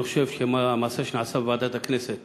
אני חושב שהמעשה שנעשה בוועדת הכנסת,